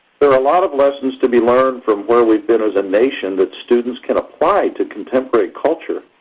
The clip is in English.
there a lot of lessons to be learned from where we've been as a nation that students can apply to contemporary culture